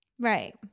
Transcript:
Right